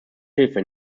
hilfe